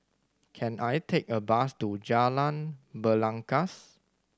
can I take a bus to Jalan Belangkas